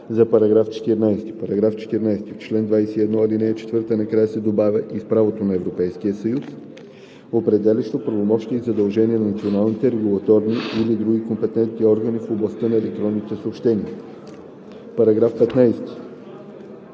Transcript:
§ 14: „§ 14. В чл. 21, ал. 4 накрая се добавя „и с правото на Европейския съюз, определящо правомощия и задължения на националните регулаторни или други компетентни органи в областта на електронните съобщения“.“ По § 15